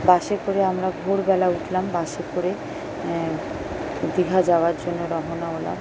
বাসে করে আমরা ভোরবেলা উঠলাম বাসে করে দীঘা যাওয়ার জন্য রওনা হলাম